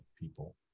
people